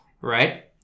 right